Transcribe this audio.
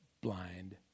blind